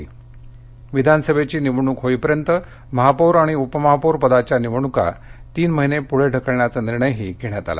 विधानसभेची आगामी सार्वत्रिक निवडणूक होईपर्यंत महापौर आणि उपमहापौर पदाच्या निवडणुका तीन महिने पुढे ढकलण्याचा निर्णयही घेण्यात आला